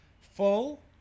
full